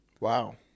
Wow